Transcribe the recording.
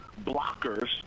blockers